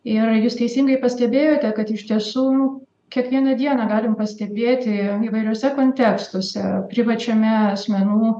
ir jūs teisingai pastebėjote kad iš tiesų kiekvieną dieną galim pastebėti įvairiuose kontekstuose privačiame asmenų